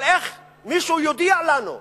אבל איך מישהו יודיע לנו?